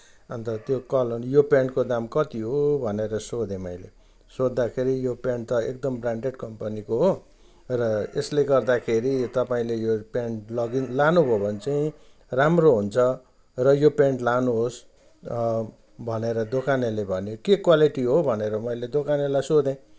अन्त त्यो कलर यो पेन्टको दाम कति हो भनेर सोधेँ मैले सोध्दाखेरि यो पेन्ट त एकदम ब्रान्डेड कम्पनीको हो र यसले गर्दाखेरि तपाईँले यो पेन्ट लगी लानुभयो भने चाहिँ राम्रो हुन्छ र यो पेन्ट लानुहोस् भनेर दोकानेले भन्यो के क्वालिटी हो भनेर मैले दोकानेलाई सोधेँ